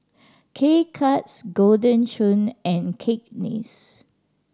K Cuts Golden Churn and Cakenis